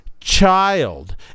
Child